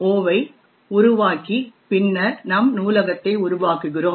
o ஐ உருவாக்கி பின்னர் நம் நூலகத்தை உருவாக்குகிறோம்